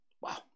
wow